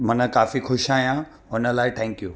माना काफ़ी ख़ुशि आहियां हुन लाइ थैंक्यू